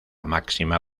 máxima